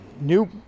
new